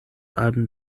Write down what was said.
alben